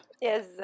Yes